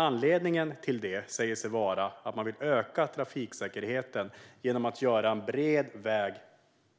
Anledningen sägs vara att man vill öka trafiksäkerheten genom att göra en bred väg